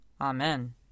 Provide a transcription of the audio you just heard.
Amen